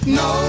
no